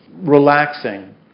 relaxing